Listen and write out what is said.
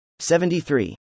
73